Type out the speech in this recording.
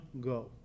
go